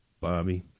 Bobby